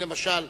אם, למשל,